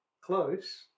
Close